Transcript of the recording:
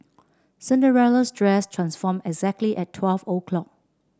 Cinderella's dress transformed exactly at twelve o'clock